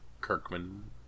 Kirkman